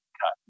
cut